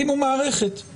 סי